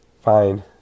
fine